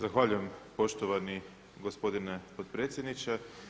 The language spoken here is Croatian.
Zahvaljujem poštovani gospodine potpredsjedniče.